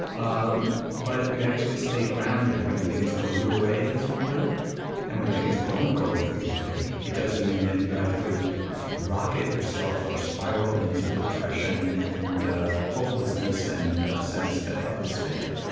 um but you actually stay grounded when things go your way, as we put it and when things don't go your way, it doesn't mean that you have to rocket yourself or spiral into depression and hopelessness and a sense of despair.